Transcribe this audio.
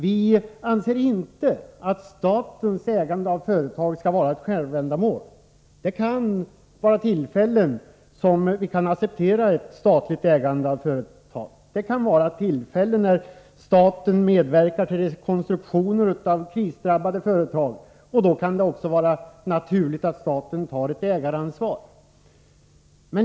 Vi anser inte att statligt ägande av företag skall vara ett självändamål. Det kan finnas tillfällen då vi kan acceptera ett statligt ägande av företag, t.ex. när staten medverkar till rekonstruktioner av krisdrabbade företag. Då kan det vara naturligt att staten också tar ett ägaransvar.